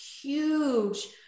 huge